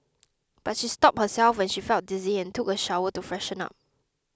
but she stopped herself when she felt dizzy and took a shower to freshen up